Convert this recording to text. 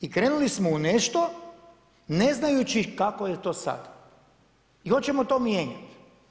I krenuli smo u nešto ne znajući kako je to sada i hoćemo to mijenjati.